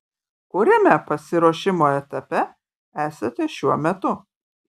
kuriame pasiruošimo etape esate šiuo metu